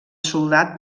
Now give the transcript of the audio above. soldat